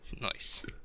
Nice